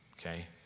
Okay